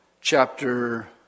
chapter